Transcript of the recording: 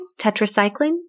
tetracyclines